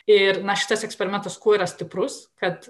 ir na šitas eksperimentas kuo yra stiprus kad